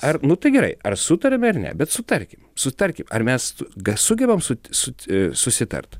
ar nu tai gerai ar sutariam ar ne bet sutarkim sutarkim ar mes ga sugebame su su susitart